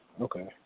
okay